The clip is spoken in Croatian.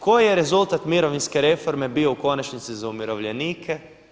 Koji je rezultat mirovinske reforme bio u konačnici za umirovljenike?